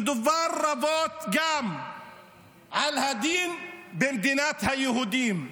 דובר רבות גם על הדין במדינת היהודים.